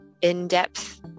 in-depth